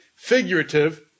Figurative